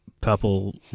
purple